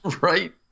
right